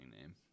name